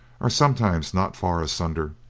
are sometimes not far asunder,